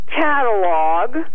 catalog